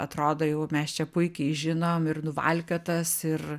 atrodo jau mes čia puikiai žinom ir nuvalkiotas ir